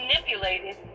manipulated